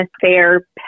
fair